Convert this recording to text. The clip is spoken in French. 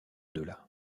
delà